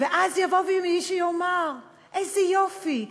ואז יבוא מישהו ויאמר: איזה יופי,